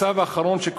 הצו האחרון,